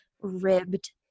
ribbed